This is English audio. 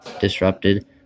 disrupted